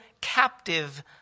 captive